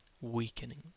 weakening